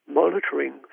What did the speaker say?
monitoring